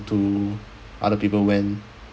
to other people went